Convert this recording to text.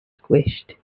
squished